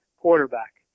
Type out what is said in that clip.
quarterback